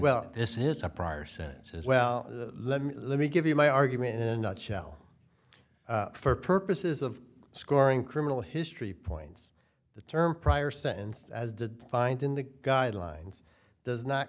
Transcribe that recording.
well this is a prior sentence as well let me let me give you my argument in a nutshell for purposes of scoring criminal history points the term prior sentence as did find in the guidelines does not